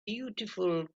beautiful